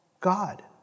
God